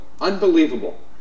Unbelievable